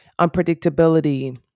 unpredictability